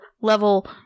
Level